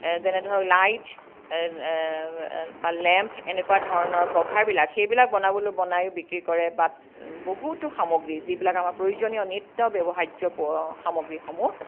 যেনে ধৰক লাইট বা লেম্প এনেকুৱা ধৰণৰ কভাৰবিলাক সেইবিলাক বনাবলৈও বনায়ো বিত্ৰী কৰে বা বহুতো সামগী যিবিলাক আমাৰ প্ৰয়োজনীয় নিত্য ব্যৱহাৰ্য প সামগ্ৰীসমূহ